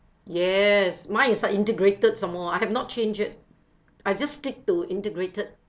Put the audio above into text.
yes mine is a integrated some more I have not change it I just stick to integrated